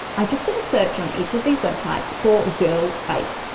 i just did a search on each of these websites for girl face,